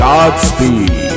Godspeed